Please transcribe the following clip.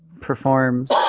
performs